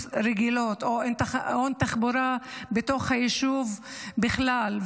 רגילות או אין תחבורה בתוך היישוב בכלל.